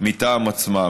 מטעם עצמה.